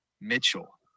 mitchell